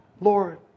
Lord